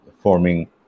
forming